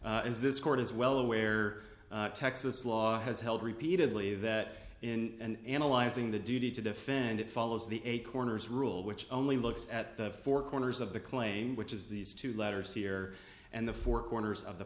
as this court is well aware texas law has held repeatedly that in analyzing the duty to defend it follows the eight corners rule which only looks at the four corners of the claim which is these two letters here and the four corners of the